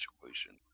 situation